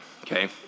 Okay